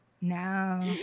No